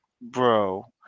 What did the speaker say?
Bro